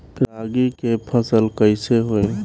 रागी के फसल कईसे होई?